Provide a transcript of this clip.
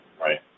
Right